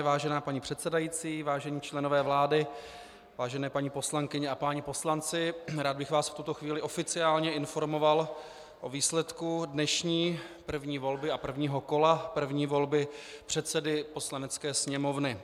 Vážená paní předsedající, vážení členové vlády, vážené paní poslankyně a páni poslanci, rád bych vás v tuto chvíli oficiálně informoval o výsledku dnešní první volby a prvního kola první volby předsedy Poslanecké sněmovny.